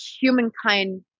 humankind